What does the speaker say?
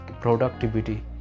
productivity